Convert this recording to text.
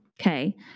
Okay